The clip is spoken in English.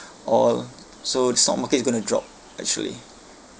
all so the stock markets is going to drop actually